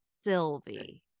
sylvie